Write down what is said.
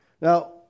Now